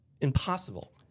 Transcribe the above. impossible